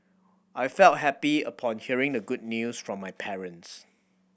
I felt happy upon hearing the good news from my parents